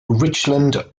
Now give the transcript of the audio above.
richland